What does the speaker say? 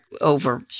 over